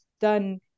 done